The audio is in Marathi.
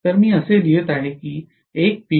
तर मी असे लिहित आहे की 1 p